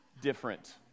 different